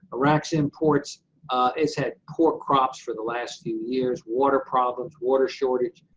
iraq's imports has had poor crops for the last few years. water problems, water shortage,